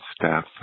staff